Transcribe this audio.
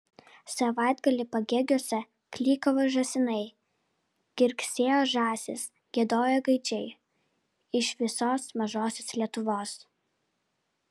savaitgalį pagėgiuose klykavo žąsinai girgsėjo žąsys giedojo gaidžiai iš visos mažosios lietuvos